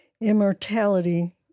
immortality